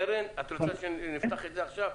קרן, את רוצה שנפתח את זה עכשיו?